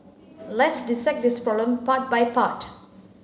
let's dissect this problem part by part